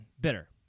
bitter